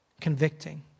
convicting